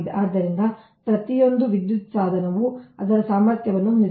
ಆದ್ದರಿಂದ ಪ್ರತಿಯೊಂದು ವಿದ್ಯುತ್ ಸಾಧನವು ಅದರ ಸಾಮರ್ಥ್ಯವನ್ನು ಹೊಂದಿದೆ